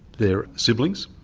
they're siblings,